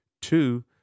Two